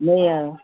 نہیں آیا